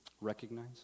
recognize